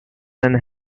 and